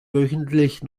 wöchentlich